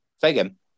Fagan